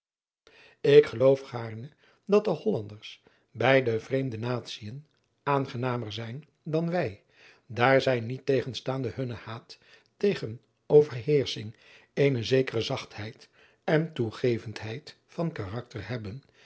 k geloof gaarne dat de ollanders bij de vreemde natien aangenamer zijn dan wij daar zij niettegenstaande hunnen haat tegen overheersching eene zekere zachtheid en toegevendheid van karakter hebben